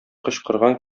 кычкырган